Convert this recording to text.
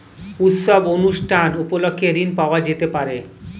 উৎসব অনুষ্ঠান উপলক্ষে ঋণ পাওয়া যেতে পারে?